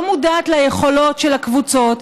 לא מודעת ליכולות של הקבוצות,